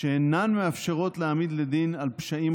שאינן מאפשרות להעמיד לדין על פשעים